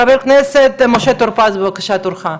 חבר הכנסת משה טור פז, בבקשה תורך.